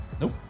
Nope